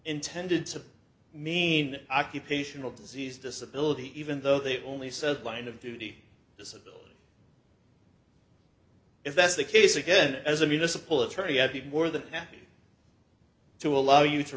intended to mean occupational disease disability even though they've only said line of duty disability if that's the case again as a municipal attorney i'd be more than happy to allow you to